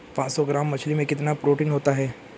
पांच सौ ग्राम मछली में कितना प्रोटीन होता है?